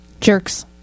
Jerks